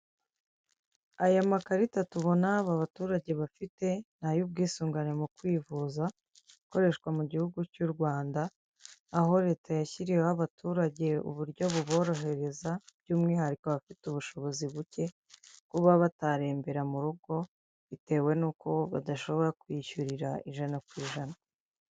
Aya makarita tubona aba baturage bafite n'ay'ubwisungane mu kwivuza akoreshwa mu gihugu cy'u Rwanda, aho leta yashyiriyeho abaturage uburyo buborohereza by'umwihariko abafite ubushobozi buke kuba batarembera mu rugo bitewe n'uko badashobora kwiyishyurira ijana ku ijana.